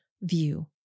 view